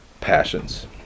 passions